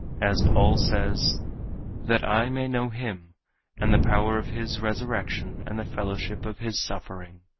as paul says that i may know him and the power of his resurrection and the fellowship of his suffering.